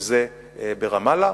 וזה ברמאללה.